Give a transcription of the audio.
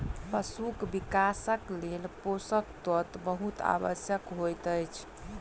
पशुक विकासक लेल पोषक तत्व बहुत आवश्यक होइत अछि